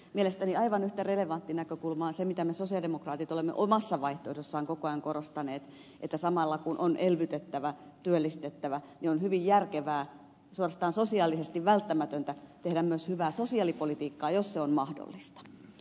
mielestäni aivan yhtä relevantti näkökulma on se mitä me sosialidemokraatit olemme omassa vaihtoehdossamme koko ajan korostaneet että samalla kun on elvytettävä ja työllistettävä on hyvin järkevää ja suorastaan sosiaalisesti välttämätöntä tehdä myös hyvää sosiaalipolitiikkaa jos se on mahdollista